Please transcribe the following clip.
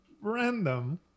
random